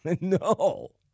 No